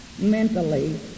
mentally